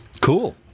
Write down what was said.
Cool